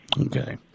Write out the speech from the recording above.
okay